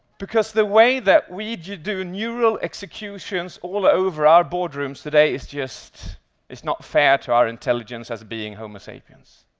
because the way that we do neural executions all over our boardrooms today is just it's not fair to our intelligence as being homo sapiens.